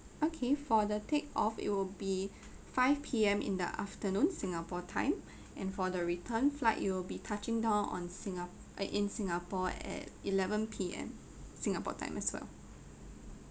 okay for the take-off it will be five P_M in the afternoon singapore time and for the return flight it will be touching down on singa~ eh in singapore at eleven P_M singapore time as well